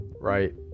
right